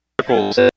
circles